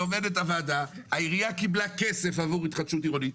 ואומרת הוועדה העירייה קיבלה כסף עבור התחדשות עירונית.